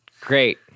Great